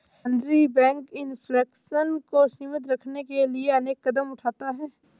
केंद्रीय bank inflation को सीमित रखने के लिए अनेक कदम उठाता है